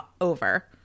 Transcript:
over